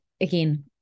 again